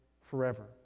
forever